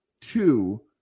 two